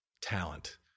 talent